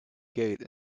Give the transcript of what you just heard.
gate